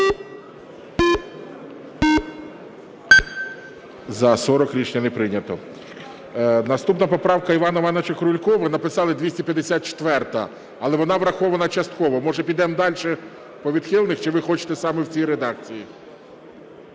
За-40 Рішення не прийнято. Наступна поправка Івана Івановича Крулько, ви написали 254-а, але вона врахована частково, може підемо далі по відхилених, чи ви хочете саме в цій редакції?